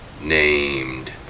named